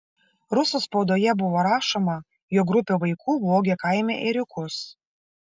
rusų spaudoje buvo rašoma jog grupė vaikų vogė kaime ėriukus